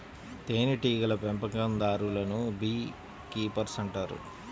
తేనెటీగల పెంపకందారులను beekeepers అంటారు